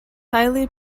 highly